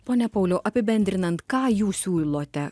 pone pauliau apibendrinant ką jūs siūlote